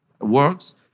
works